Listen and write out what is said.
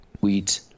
wheat